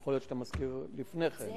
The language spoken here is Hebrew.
ויכול להיות שאתה מזכיר לפני כן,